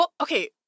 Okay